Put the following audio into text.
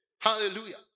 Hallelujah